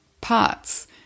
parts